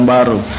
Baru